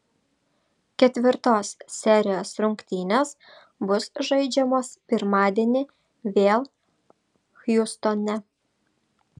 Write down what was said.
ketvirtos serijos rungtynės bus žaidžiamos pirmadienį vėl hjustone